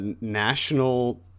national